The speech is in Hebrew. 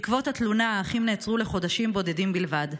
בעקבות התלונה, האחים נעצרו לחודשים בודדים בלבד.